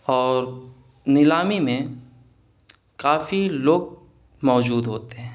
اور نیلامی میں کافی لوگ موجود ہوتے ہیں